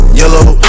yellow